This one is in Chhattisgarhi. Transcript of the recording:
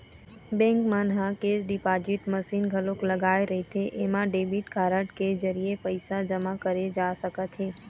बेंक मन ह केस डिपाजिट मसीन घलोक लगाए रहिथे एमा डेबिट कारड के जरिए पइसा जमा करे जा सकत हे